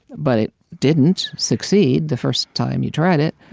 but it didn't succeed the first time you tried it.